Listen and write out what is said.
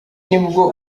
nibwo